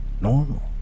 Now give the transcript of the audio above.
normal